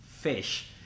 fish